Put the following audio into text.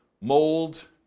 mold